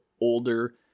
older